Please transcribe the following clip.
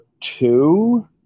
Two